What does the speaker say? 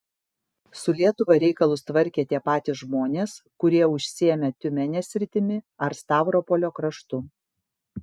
su lietuva reikalus tvarkė tie patys žmonės kurie užsiėmė tiumenės sritimi ar stavropolio kraštu